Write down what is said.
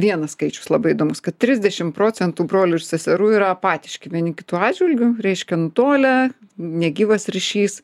vienas skaičius labai įdomus kad trisdešimt procentų brolių ir seserų yra apatiški vieni kitų atžvilgiu reiškia nutolę negyvas ryšys